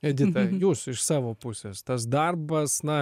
edita jūs iš savo pusės tas darbas na